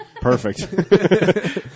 Perfect